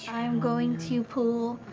i'm going to pull